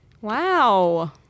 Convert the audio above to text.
Wow